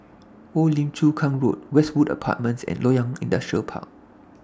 Old Lim Chu Kang Road Westwood Apartments and Loyang Industrial Park